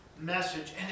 message